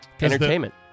Entertainment